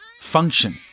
function